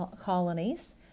colonies